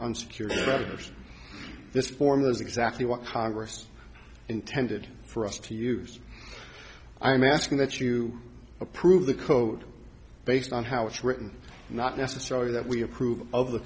creditors this form is exactly what congress intended for us to use i'm asking that you approve the code based on how it's written and not necessarily that we approve of the